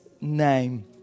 name